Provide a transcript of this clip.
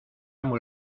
muy